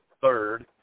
third